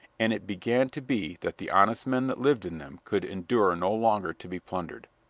and it began to be that the honest men that lived in them could endure no longer to be plundered.